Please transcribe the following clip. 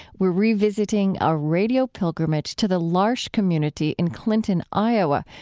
we're revisiting our radio pilgrimage to the l'arche community in clinton, iowa,